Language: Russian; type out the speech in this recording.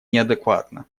неадекватно